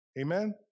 Amen